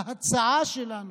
ההצעה שלנו,